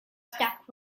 stuck